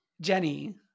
Jenny